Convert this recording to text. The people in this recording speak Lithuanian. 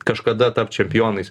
kažkada tapt čempionais